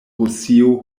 rusio